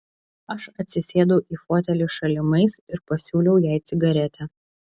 aš atsisėdau į fotelį šalimais ir pasiūliau jai cigaretę